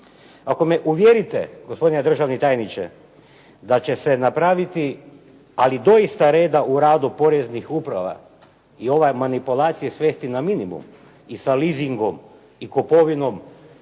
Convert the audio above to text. Ako me uvjerite, gospodine državni tajniče, da će se napraviti ali doista reda u radu poreznih uprava i ove manipulacije svesti na minimum i sa leasingom i kupovinom